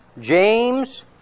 James